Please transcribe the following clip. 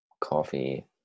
coffee